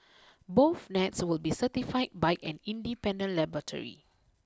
both nets will be certified by an independent laboratory